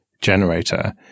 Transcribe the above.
generator